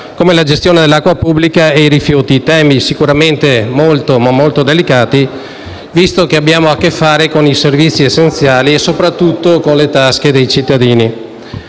come la gestione dell'acqua pubblica e i rifiuti; temi sicuramente molto delicati, visto che abbiamo a che fare con i servizi essenziali e soprattutto con le tasche dei cittadini.